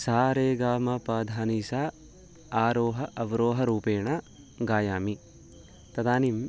सा रे ग म प ध नि सा आरोहः अवरोहः रूपेण गायामि तदानीम्